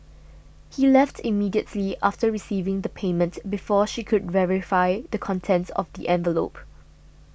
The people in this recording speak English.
he left immediately after receiving the payment before she could verify the contents of the envelope